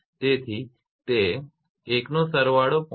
તેથી તે 1 નો સરવાળો 0